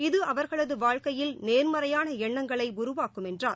இது அவர்களது வாழ்க்கையில் நேர்மறையான எண்ணங்களை உருவாக்கும் என்றார்